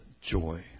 joy